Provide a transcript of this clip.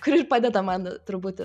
kuri ir padeda man turbūt